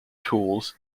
tools